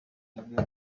nibwo